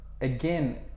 again